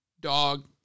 Dog